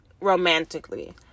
romantically